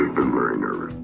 been very nervous.